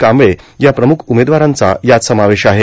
कांबळे या प्रमुख उमेदवारांचा यात समावेश आहे